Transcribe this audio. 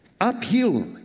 Uphill